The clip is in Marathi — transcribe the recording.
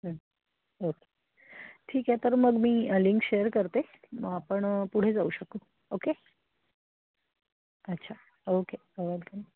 ठीक आहे तर मग मी लिंक शेअर करते मग आपण पुढे जाऊ शकू ओके अच्छा ओके